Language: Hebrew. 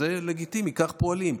זה לגיטימי, כך פועלים,